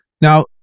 Now